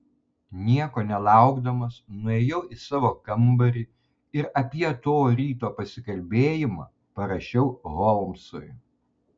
nieko nelaukdamas nuėjau į savo kambarį ir apie to ryto pasikalbėjimą parašiau holmsui